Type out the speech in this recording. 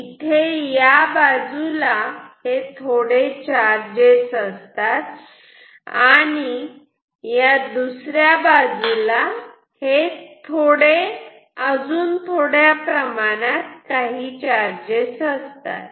इथे या बाजूला हे थोडे चार्जेस असतात आणि या दुसऱ्या बाजूला थोड्या प्रमाणात चार्जेस असतात